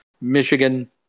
Michigan –